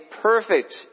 perfect